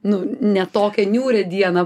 nu ne tokią niūrią dieną